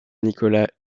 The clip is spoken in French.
nicolas